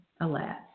alas